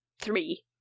three